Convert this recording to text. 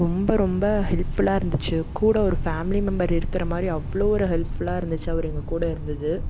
ரொம்ப ரொம்ப ஹெல்ப்ஃபுல்லாக இருந்துச்சு கூட ஒரு ஃபேமிலி மெம்பெர் இருக்கிற மாதிரி அவ்வளோ ஒரு ஹெல்ப்ஃபுல்லாக இருந்துச்சு அவர் எங்கள் கூட இருந்தது